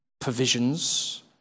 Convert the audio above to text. provisions